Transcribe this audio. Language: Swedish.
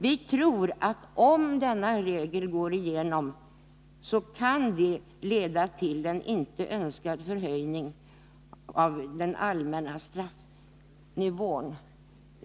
Vi tror att denna regel, om den går igenom, kan leda till en inte önskad förhöjning av den allmänna straffnivån.